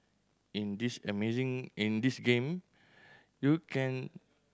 in this amazing in this game you can